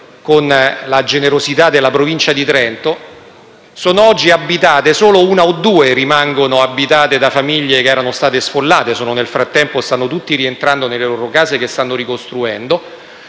con la generosità della Provincia di Trento solo una o due rimangono abitate da famiglie che erano state sfollate; nel frattempo stanno tutti rientrando nelle proprie case, che stanno ricostruendo.